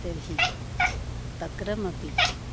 तर्हि तक्रमपि